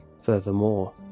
Furthermore